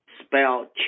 spell